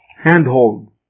handhold